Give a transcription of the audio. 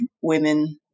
women